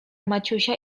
maciusia